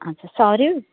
अच्छा सॉरी